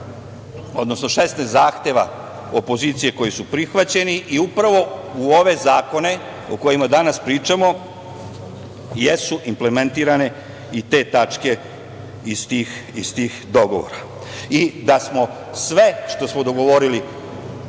do nekih 16 zahteva opozicije, koju su prihvaćeni, i upravo u ove zakone o kojima danas pričamo jesu implementirane i te tačke iz tih dogovora. Da smo sve što smo dogovorili